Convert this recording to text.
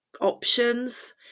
options